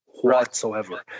Whatsoever